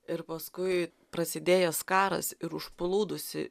ir paskui prasidėjęs karas ir užplūdusi